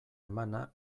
emana